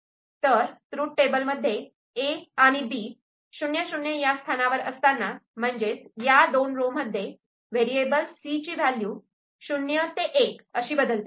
तर ट्रूथटेबल मध्ये 'A' आणि 'B' '00' या स्थानावर असताना म्हणजे या दोन रो मध्ये व्हेरिएबल 'C' ची व्हॅल्यू '0' ते '1' अशी बदलते